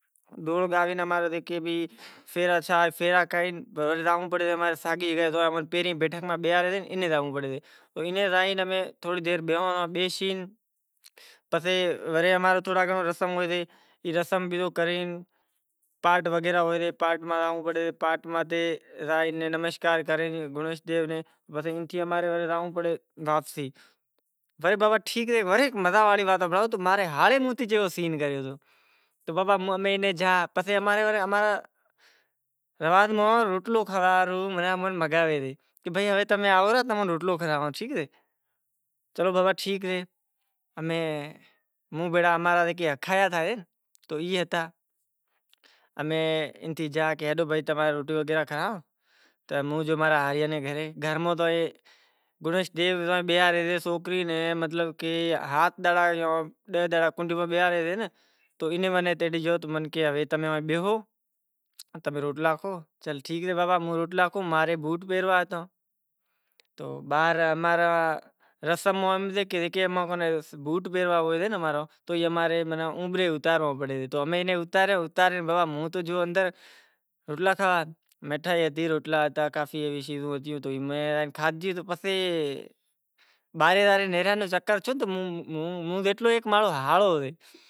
وری زانڑوں پڑے سے ساگی جکے بیٹھک میں پہریں بیہاریوں سے او ساگی میں زانڑو پڑے سے۔ پسی ای رسم کرے ورے اماڑی تھوڑا گھنڑو رسم ہوئے تو وڑے زانڑو پڑے واپسی تو بابا امیں اینے جا وڑے اماں رے رواج میں روٹلو کھورائنڑ لائے منگوائے سیں جیکے اماں کنے بوٹ پہراواے واڑو ہوسے تو میں کھادھیوں تو نیرانے چکر تھیو تو موں۔